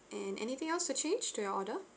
and anything else to change to your order